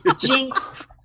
Jinx